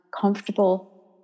comfortable